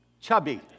Chubby